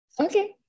okay